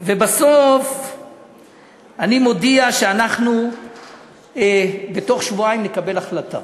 ובסוף אני מודיע שאנחנו בתוך שבועיים נקבל החלטה.